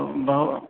बहु